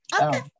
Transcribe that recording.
Okay